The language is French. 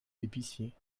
d’épicier